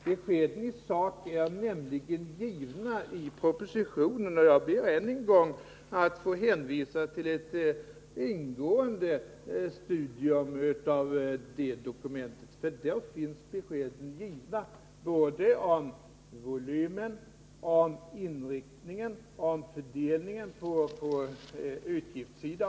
Beskeden i sak är nämligen givna i propositionen, både när det gäller volymen, inriktningen och fördelningen på utgiftssidan och inkomstsidan, och jag ber än en gång att få anbefalla ett ingående studium av det dokumentet.